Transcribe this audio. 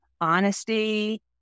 Honesty